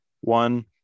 one